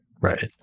Right